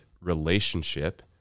relationship